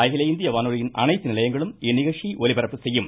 அகில இந்திய வானொலியின் அனைத்து நிலையங்களும் இந்நிகழ்ச்சியை ஒலிபரப்பு செய்யும்